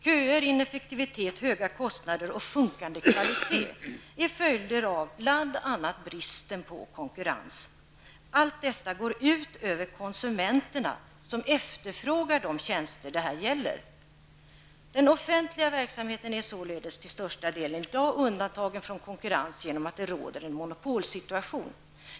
Köer, ineffektivitet, höga kostnader och sjunkande kvalitet är följden av bl.a. bristen på konkurrens. Allt detta går ut över konsumenterna, som efterfrågar de tjänster som det här gäller. Den offentliga verksamheten är således till största delen i dag undantagen från konkurrens genom att det råder en monopolsituation.